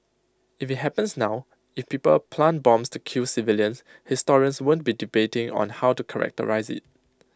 if IT happens now if people plant bombs to kill civilians historians won't be debating on how to characterise IT